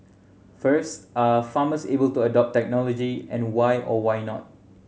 first are farmers able to adopt technology and why or why not